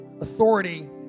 authority